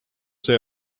see